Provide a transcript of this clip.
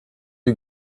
you